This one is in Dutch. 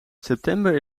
september